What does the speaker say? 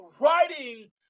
writing